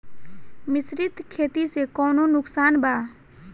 मिश्रित खेती से कौनो नुकसान बा?